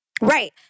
Right